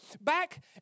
back